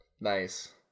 Nice